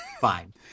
Fine